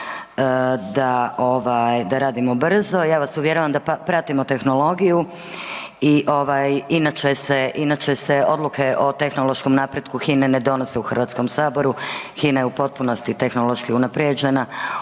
da radimo brzo. Ja vas uvjeravam da pratimo tehnologiju i inače se odluke o tehnološkom napretku HINA-e ne donose u Hrvatskom saboru, HINA je u potpunosti tehnološki unaprijeđena.